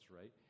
right